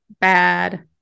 bad